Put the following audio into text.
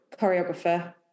choreographer